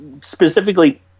specifically